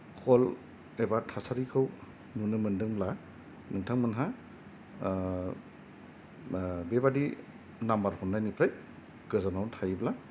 खल एबा थासारिखौ नुनो मोनदोंब्ला नोंथांमोनहा बेबादि नाम्बार हरनायनिफ्राय गोजानाव थायोब्ला